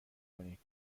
کنید